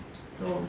so